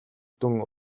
дүн